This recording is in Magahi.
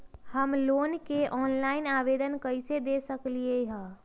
हम लोन के ऑनलाइन आवेदन कईसे दे सकलई ह?